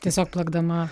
tiesiog plakdama